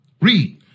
Read